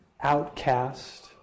outcast